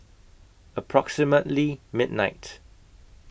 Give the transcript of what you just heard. approximately midnight